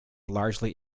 largely